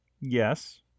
Yes